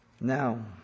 Now